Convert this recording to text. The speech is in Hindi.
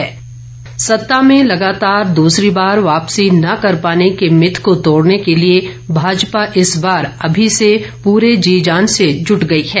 सुरेश कश्यप सत्ता में लगातार दूसरी बार वापसी न कर पाने के मिथ को तोड़ने के लिए भाजपा इस बार अभी से पूरे जीजान से जूट गई है